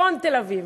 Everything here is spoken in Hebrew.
צפון תל-אביב.